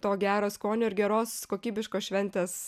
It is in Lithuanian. to gero skonio ir geros kokybiškos šventės